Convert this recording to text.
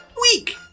weak